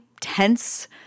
tense